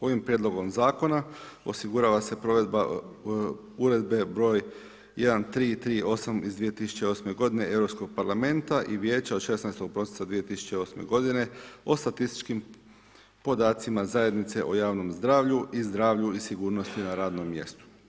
Ovim Prijedlogom zakona osigurava se provedba Uredbe broj 1338 iz 2008. godine Europskog parlamenta i Vijeća od 16. prosinca 2008. godine o statističkim podacima zajednice o javnom zdravlju i zdravlju i sigurnosti na radnom mjestu.